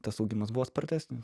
tas augimas buvo spartesnis